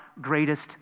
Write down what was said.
greatest